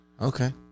Okay